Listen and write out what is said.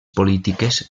polítiques